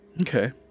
Okay